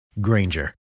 Granger